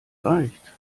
reicht